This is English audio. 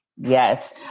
Yes